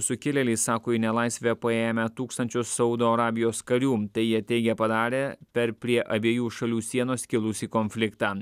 sukilėliai sako į nelaisvę paėmę tūkstančius saudo arabijos karių tai jie teigia padarę per prie abiejų šalių sienos kilusį konfliktą